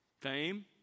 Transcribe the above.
fame